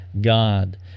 God